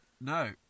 no